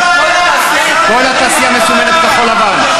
כל התעשייה מסומנת "כחול-לבן",